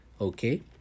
Okay